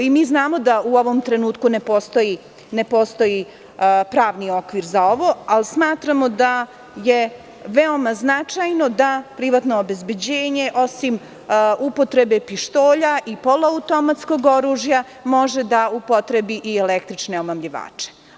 Mi znamo da u ovom trenutku ne postoji pravni okvir za ovo, ali smatramo da je veoma značajno da privatno obezbeđenje, osim upotrebe pištolja i poluautomatskog oružja, može da upotrebi i električne omamljivače.